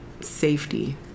safety